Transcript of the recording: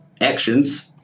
Actions